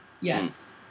Yes